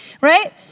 right